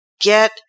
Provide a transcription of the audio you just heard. Get